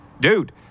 dude